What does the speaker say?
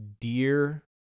Dear